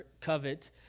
covet